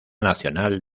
nacional